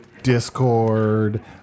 discord